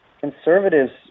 conservatives